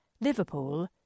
Liverpool